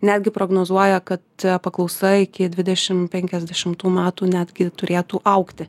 netgi prognozuoja kad paklausa iki dvidešim penkiasdešimtų metų netgi turėtų augti